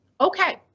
okay